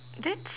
that's